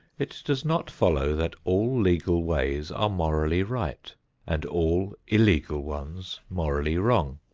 it does not follow that all legal ways are morally right and all illegal ones morally wrong.